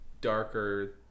darker